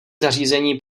zařízení